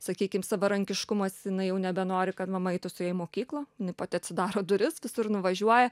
sakykim savarankiškumas jinai jau nebenori kad mama eitų su ja į mokyklą jinai pati atsidaro duris visur nuvažiuoja